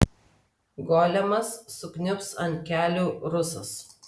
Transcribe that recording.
golemas sukniubs ant kelių rusas